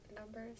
numbers